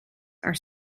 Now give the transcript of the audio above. are